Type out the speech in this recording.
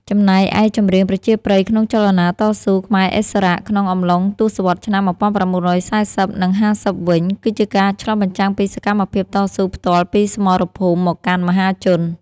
ចំណែកឯចម្រៀងប្រជាប្រិយក្នុងចលនាតស៊ូ ខ្មែរឥស្សរៈ ក្នុងអំឡុងទសវត្សរ៍ឆ្នាំ ១៩៤០ និង ៥០ វិញ គឺជាការឆ្លុះបញ្ចាំងពីសកម្មភាពតស៊ូផ្ទាល់ពីសមរភូមិមកកាន់មហាជន។